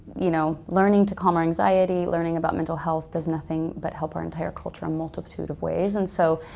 you know learning to calm our anxiety, learning about mental health does nothing but help our entire culture a multitude of ways. and so,